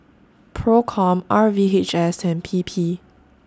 PROCOM R V H S and P P